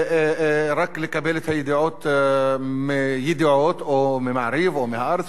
ורק לקבל את הידיעות מ"ידיעות" או מ"מעריב" או מ"הארץ",